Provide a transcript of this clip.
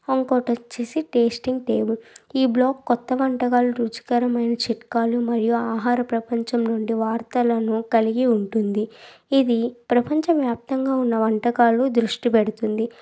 ఇంకొటి వచ్చి tasting table ఈ blog కొత్త వంటవాళ్ళ రుచికరమైన చిట్కాలు మరియు ఆహార ప్రపంచం నుండి వార్తలను కలిగి ఉంటుంది ఇది ప్రపంచ వ్యాప్తంగా ఉన్న వంటకాలు దృష్టి పెడుతుంది